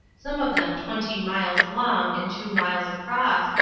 some of them twenty miles long and two miles across,